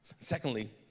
Secondly